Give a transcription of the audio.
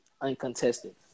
uncontested